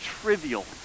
trivial